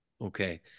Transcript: Okay